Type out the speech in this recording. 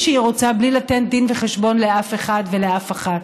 שהיא רוצה בלי לתת דין וחשבון לאף אחד ולאף אחת.